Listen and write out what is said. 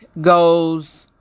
goes